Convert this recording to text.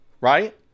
right